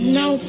no